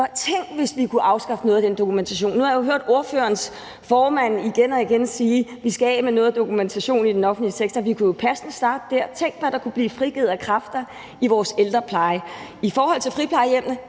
tænk, hvis vi kunne afskaffe noget af den dokumentation. Nu har jeg jo hørt ordførerens formand igen og igen sige, at vi skal af med noget af dokumentationen i den offentlige sektor. Vi kunne jo passende starte der. Tænk, hvad der kunne blive frigivet af kræfter i vores ældrepleje. I forhold til friplejehjemmene